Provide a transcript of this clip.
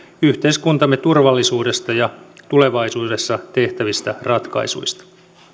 yhteiskuntamme turvallisuudesta ja tulevaisuudessa tehtävistä ratkaisuista